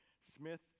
Smith